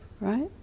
right